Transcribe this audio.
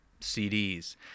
CDs